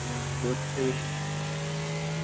হুম ঘুরতেই